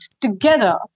together